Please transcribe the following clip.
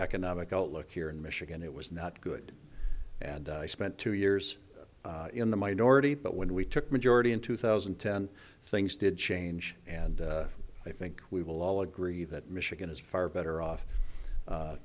economic outlook here in michigan it was not good and i spent two years in the minority but when we took majority in two thousand and ten things did change and i think we will all agree that michigan is far better off